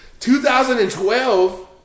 2012